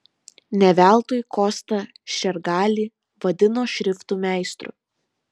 ne veltui kostą šergalį vadino šriftų meistru